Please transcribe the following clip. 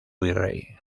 virrey